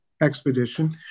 expedition